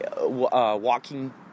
walking